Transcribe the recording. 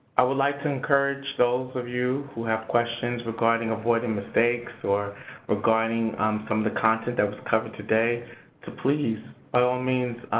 i would like to encourage those of you who have questions regarding avoiding mistakes or regarding some of the content that was covered today to please by all means